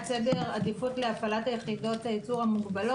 סדר עדיפות להפעלת יחידות הייצור המוגבלות.